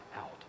out